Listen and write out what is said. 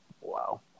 Wow